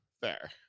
fair